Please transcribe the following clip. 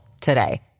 today